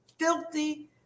filthy